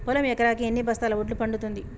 పొలం ఎకరాకి ఎన్ని బస్తాల వడ్లు పండుతుంది?